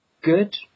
good